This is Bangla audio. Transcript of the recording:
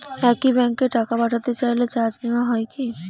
একই ব্যাংকে টাকা পাঠাতে চাইলে চার্জ নেওয়া হয় কি?